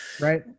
right